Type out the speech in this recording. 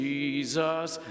Jesus